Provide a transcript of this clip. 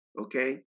Okay